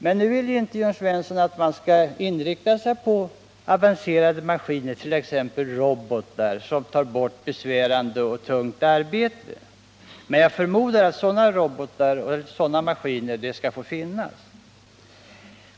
Men nu vill inte Jörn Svensson att man skall inrikta sig på avancerade maskiner, som t.ex. robotar som tar bort besvärande och tungt arbete. Men jag förmodar att sådana maskiner skall få finnas.